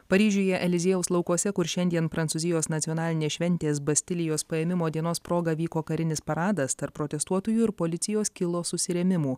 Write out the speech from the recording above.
paryžiuje eliziejaus laukuose kur šiandien prancūzijos nacionalinės šventės bastilijos paėmimo dienos proga vyko karinis paradas tarp protestuotojų ir policijos kilo susirėmimų